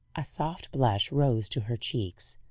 a soft blush rose to her cheeks.